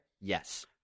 Yes